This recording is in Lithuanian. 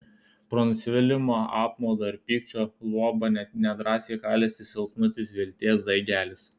pro nusivylimo apmaudo ir pykčio luobą nedrąsiai kalėsi silpnutis vilties daigelis